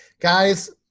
Guys